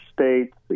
states